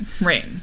right